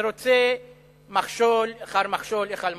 ורוצה מכשול אחר מכשול אחר מכשול.